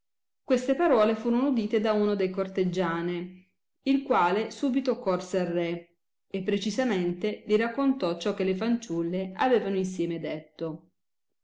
queste parole furono udite da uno dei corteggiane il quale subito corse al re e precisamente li raccontò ciò che le fanciulle avevano insieme detto